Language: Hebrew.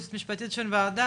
יועמ"ש של הוועדה,